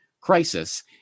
crisis